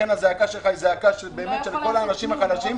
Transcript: הזעקה שלך היא הזעקה של כל האנשים החלשים.